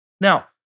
Now